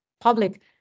public